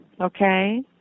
okay